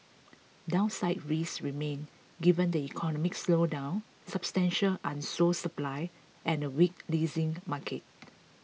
downside risks remain given the economic slowdown substantial unsold supply and a weak leasing market